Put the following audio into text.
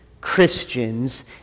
Christians